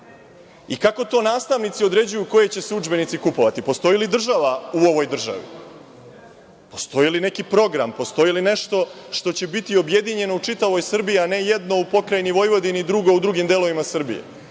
I, kako to nastavnici određuju koji će se udžbenici kupovati? Postoji li država u ovoj državi? Postoji li neki program? Postoji li nešto što će biti objedinjeno u čitavoj Srbiji, a ne jedno u Pokrajini Vojvodini, drugo u drugim delovima Srbije? Dakle,